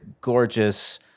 gorgeous